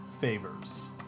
favors